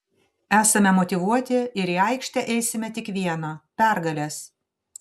esame motyvuoti ir į aikštę eisime tik vieno pergalės